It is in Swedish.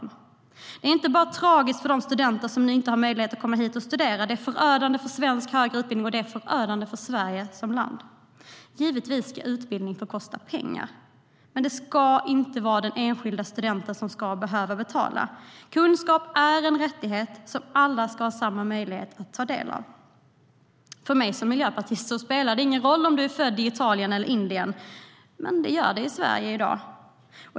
Men det är inte bara tragiskt för de studenter som nu inte har möjlighet att komma hit och studera. Det är förödande för svensk högre utbildning och Sverige som land. Givetvis ska utbildning få kosta pengar. Men det ska inte vara den enskilda studenten som ska behöva betala. Kunskap är en rättighet som alla ska ha samma möjlighet att ta del av. För mig som miljöpartist spelar det ingen roll om du är född i Italien eller Indien. Men det gör det i Sverige i dag.